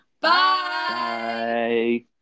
Bye